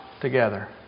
together